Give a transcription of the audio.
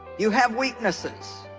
you have weaknesses